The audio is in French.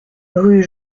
rue